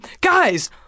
Guys